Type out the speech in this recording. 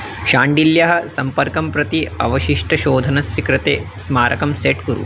शाण्डिल्यः सम्पर्कं प्रति अवशिष्टशोधनस्य कृते स्मारकं सेट् कुरु